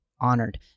honored